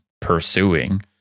pursuing